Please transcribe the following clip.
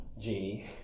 genie